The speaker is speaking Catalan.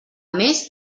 més